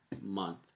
month